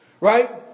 right